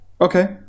Okay